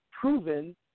proven